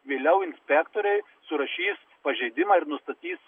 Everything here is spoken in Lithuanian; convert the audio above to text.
vėliau inspektoriai surašys pažeidimą ir nustatys